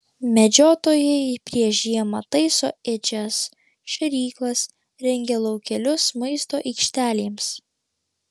medžiotojai prieš žiemą taiso ėdžias šėryklas rengia laukelius maisto aikštelėms